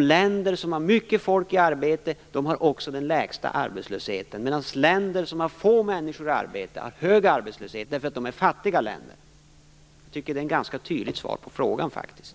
Länder som har mycket folk i arbete har också den lägsta arbetslösheten, medan länder som har få människor i arbete har hög arbetslöshet därför att de är fattiga länder. Jag tycker att det är ett ganska tydligt svar på frågan, faktiskt.